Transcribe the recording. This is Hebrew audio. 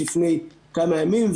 לפני כמה ימים.